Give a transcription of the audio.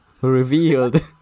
revealed